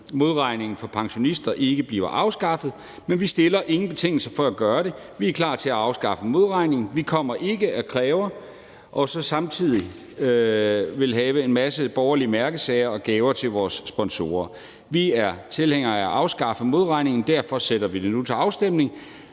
modregningen for pensionister ikke bliver afskaffet, men vi stiller ingen betingelser for at gøre det. Vi er klar til at afskaffe modregning, og vi kommer ikke og kræver, samtidig med at vi så vil have gennemført en masse borgerlige mærkesager og gaver til vores sponsorer. Vi er tilhængere af at afskaffe modregningen, og derfor sætter vi det nu til afstemning,